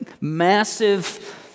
massive